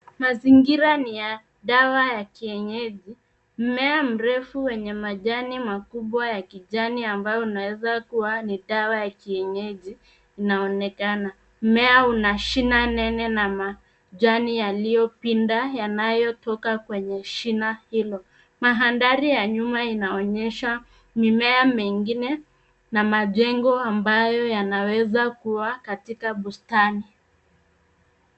Mazingira ni ya dawa ya kienyeji. Mmea mrefu wenye majani makubwa ya kijani ambayo unaweza kuwa ni dawa ya kienyeji inaonekana. Mmea una shina nene na majani yaliyopinda yanayotoka kwenye shina hilo. Mahandhari ya nyuma inaonesha mimea mengine na majengo ambayo yanaweza kuwa katika bustani.